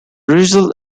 result